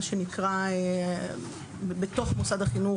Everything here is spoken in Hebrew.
מה שנקרא בתוך מוסד החינוך,